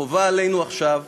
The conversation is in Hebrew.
חובה עלינו עכשיו